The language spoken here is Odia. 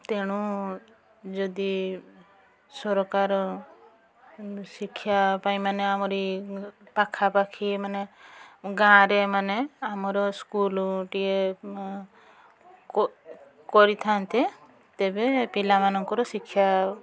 ତେଣୁ ଯଦି ସରକାର ଶିକ୍ଷା ପାଇଁ ମାନେ ଆମରି ପାଖାପାଖି ମାନେ ଗାଁରେ ମାନେ ଆମର ସ୍କୁଲ୍ଟିଏ କରିଥାଆନ୍ତେ ତେବେ ପିଲାମାନଙ୍କର ଶିକ୍ଷା